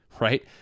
right